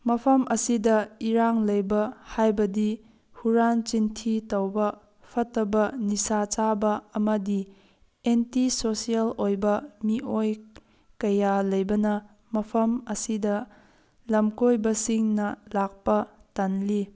ꯃꯐꯝ ꯑꯁꯤꯗ ꯏꯔꯥꯡ ꯂꯩꯕ ꯍꯥꯏꯕꯗꯤ ꯍꯨꯔꯥꯟ ꯆꯤꯟꯊꯤ ꯇꯧꯕ ꯐꯠꯇꯕ ꯅꯤꯁꯥ ꯆꯥꯕ ꯑꯃꯗꯤ ꯑꯦꯟꯇꯤ ꯁꯣꯁꯤꯌꯦꯜ ꯑꯣꯏꯕ ꯃꯤꯑꯣꯏ ꯃꯌꯥ ꯂꯩꯕꯅ ꯃꯐꯝ ꯑꯁꯤꯗ ꯂꯝꯀꯣꯏꯕꯁꯤꯡꯅ ꯂꯥꯛꯄ ꯇꯟꯂꯤ